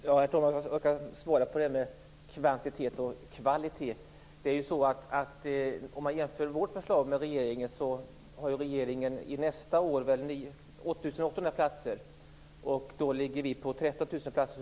Herr talman! Jag kan svara på frågan om kvantitet och kvalitet. Låt oss jämföra regeringens förslag med vårt. Regeringen har nästa år 8 800 platser, medan vi ligger på 13 000 platser.